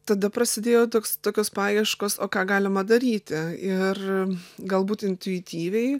tada prasidėjo toks tokios paieškos o ką galima daryti ir galbūt intuityviai